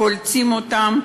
קולטים אותם,